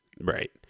Right